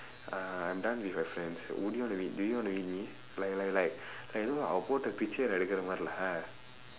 ah I'm done with my friends would you want to meet do you want to meet me like like like ஒன்னுமோ அவ போட்ட பிச்சையே நான் எடுக்குற மாதிரி:onnumoo ava pootda pichsaiyee naan edukkura maathiri lah